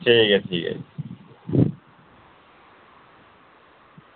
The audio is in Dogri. ठीक ऐ ठीक ऐ जी